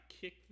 kick